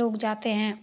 लोग जाते हैं